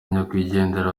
nyakwigendera